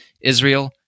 Israel